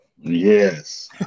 Yes